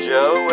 Joe